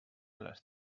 les